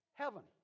heaven